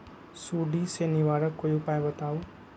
सुडी से निवारक कोई उपाय बताऊँ?